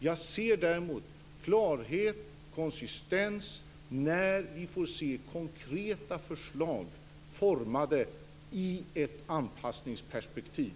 Jag ser däremot klarhet och konsistens när vi får se konkreta förslag formade i ett anpassningsperspektiv.